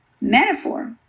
Metaphor